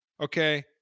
okay